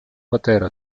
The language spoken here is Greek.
πατέρα